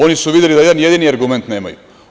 Oni su videli da nijedan jedini argument nemaju.